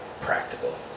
Practical